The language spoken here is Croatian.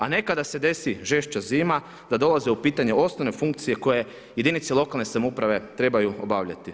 A ne kada se desi žešća zima da dolaze u pitanje ostale funkcije, koje jedinice lokalne samouprave trebaju obavljati.